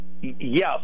Yes